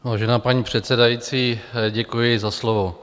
Vážená paní předsedající, děkuji za slovo.